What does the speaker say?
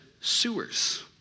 sewers